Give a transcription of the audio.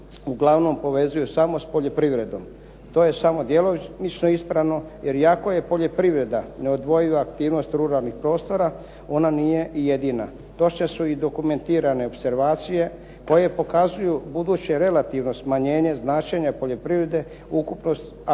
uglavnom povezuju samo s poljoprivredom. To je samo djelomično ispravno jer iako je poljoprivreda neodvojiva aktivnost ruralnih prostora, ona nije i jedina. Točno su i dokumentirane opservacije koje pokazuju buduće relativno smanjenje značenja poljoprivrede ukupnost aktivnosti